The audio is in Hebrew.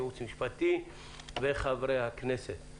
הייעוץ המשפטי וחברי הכנסת.